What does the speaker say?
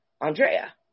Andrea